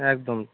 একদম